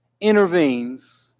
intervenes